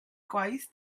gwaith